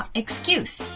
excuse